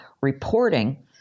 reporting